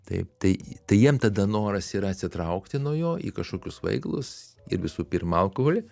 taip tai tai jiem tada noras yra atsitraukti nuo jo į kažkokius svaigalus ir visų pirma alkoholį